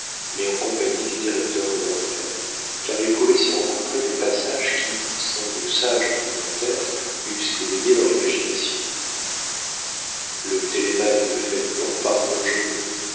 mais en compagnie du directeur de leur mère car il pouvait s'y rencontrer des passages qui sans de sages commentaires eussent éveillé leur imagination le télémaque de fénélon parut dangereux